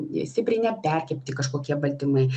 jie stipriai neperkepti kažkokie baltymai